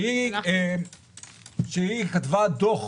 שכתבה דוח